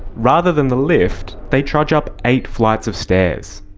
rather than the lift, they trudge up eight flights of stairs,